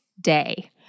day